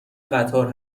قطار